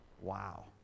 wow